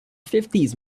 fifties